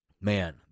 Man